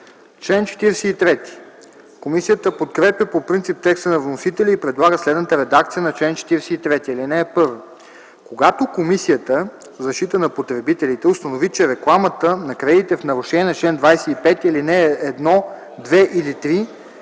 ДИМИТРОВ: Комисията подкрепя по принцип текста на вносителя и предлага следната редакция на чл. 43: „Чл. 43. (1) Когато Комисията за защита на потребителите установи, че рекламата на кредит е в нарушение на чл. 25, ал. 1, 2 или 3,